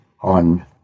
on